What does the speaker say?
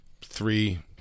three